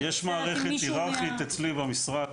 יש מערכת היררכית אצלי במשרד,